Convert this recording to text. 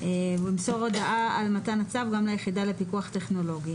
ימסור הודעה על מתן הצו גם ליחידת הפיקוח טכנולוגי".